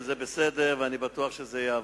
וזה בסדר, ואני בטוח שזה יעבור.